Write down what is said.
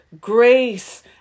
Grace